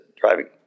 driving